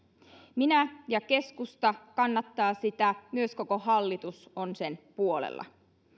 minä ja keskusta kannatamme sitä myös koko hallitus on sen puolella